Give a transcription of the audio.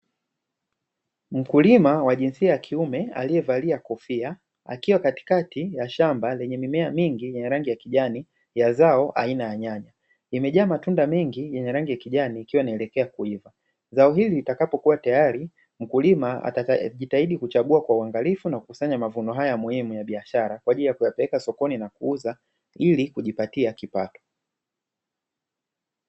Mkulima wa jinsia ya kiume aliyevalia kofia akiwa katikati ya shamba lenye mimea mingi ya rangi ya kijani ya zao aina ya nyanya, imejaa matunda mengi yenye rangi ya kijani ikiwa inaelekea kuiva. Zao hili litakapokuwa tayari mkulima atajitahidi kuchagua kwa uangalifu na kukusanya mavuno haya muhimu ya biashara kwa ajili ya kuyapeleka sokoni na kuuza ili kujipatia kipato.